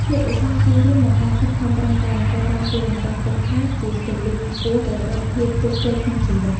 ភាពឧស្សាហ៍ព្យាយាម និងការខិតខំប្រឹងប្រែង ត្រូវបានគេរំពឹងទុកថាជាគន្លឹះឆ្ពោះទៅរកភាពជោគជ័យក្នុងជីវិត។